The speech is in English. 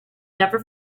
never